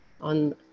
on